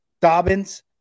Dobbins